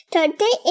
Today